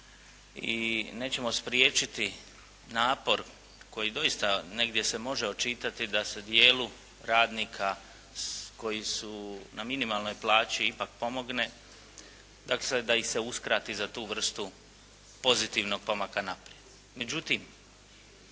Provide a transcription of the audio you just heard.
i nećemo spriječiti napor koji doista negdje se može očitati da se dijelu radnika koji su na minimalnoj plaći ipak pomogne, dakle da ih se uskrati za tu vrstu pomaka naprijed.